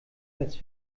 als